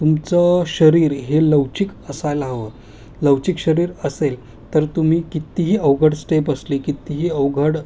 तुमचं शरीर हे लवचीक असायला हवं लवचीक शरीर असेल तर तुम्ही कित्तीही अवघड स्टेप असली कित्तीही अवघड